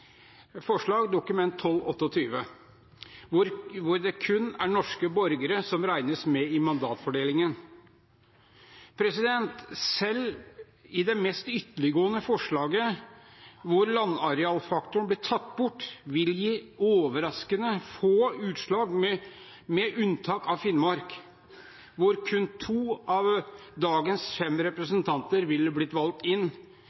forslag, Dokument 12:28 for 2011–2012, hvor det kun er norske borgere som regnes med i mandatfordelingen. Selv det mest ytterliggående forslaget hvor landarealfaktoren blir tatt bort, vil gi overraskende få utslag – med unntak av Finnmark, hvor kun to av dagens fem representanter ville blitt valgt inn